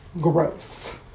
gross